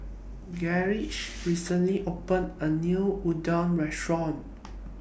Gaige recently opened A New Unadon Restaurant